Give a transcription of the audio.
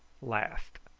last.